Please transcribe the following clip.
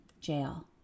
jail